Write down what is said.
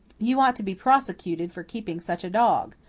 you ought to be prosecuted for keeping such a dog!